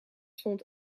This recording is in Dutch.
stond